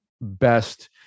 best